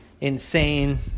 insane